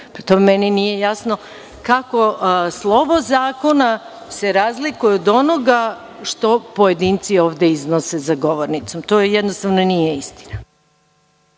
meni nije jasno, kako slovo zakona se razlikuje od onoga što pojedinci ovde iznose za govornicom. To jednostavno nije istina.